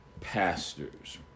pastors